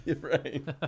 Right